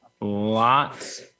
lots